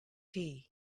tea